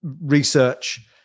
research